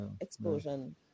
explosion